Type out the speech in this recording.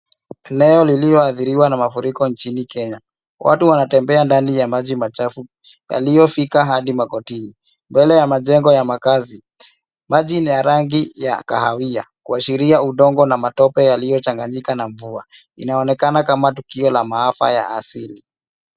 Eneo lilioadhiriwa na mafuriko nchini Kenya. Watu wanatembea ndani ya maji machafu yaliyofika hadi magotini. Mbele ya majengo ya makaazi, maji ni ya rangi ya kahawia kuashiria udongo na matope yalilyochanganyika na mvua. Inaonekana kama tukio la maafa ya asili.